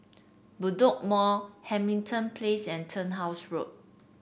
Bedok Mall Hamilton Place and Turnhouse Road